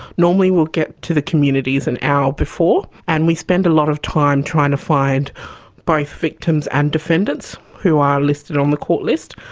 normally will get to the communities an hour before and we spend a lot of time trying to find both victims and defendants who are listed on the court list.